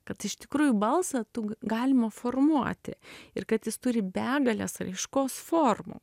kad iš tikrųjų balsą galima formuoti ir kad jis turi begales raiškos formų